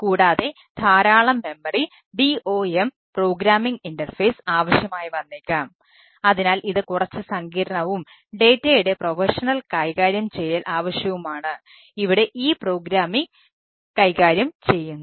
tree കൈകാര്യം ചെയ്യുന്നു